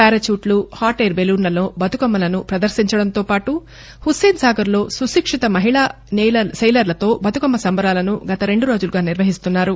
ప్యారాచూట్లు hot air బెలూన్లలో బతుకమ్మలను ప్రదర్శించడంతో పాటు హుస్సేన్సాగర్లో సుశిక్షిత మహిళా నెయిలర్లతో బతుకమ్మ సంబరాలను గత రెండు రోజులుగా నిర్వహిస్తున్నారు